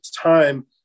time